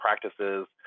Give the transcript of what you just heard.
practices